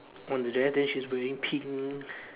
on the dress then she is wearing pink